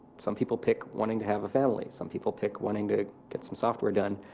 some people pick wanting to have a family. some people pick wanting to get some software done.